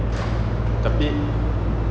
tapi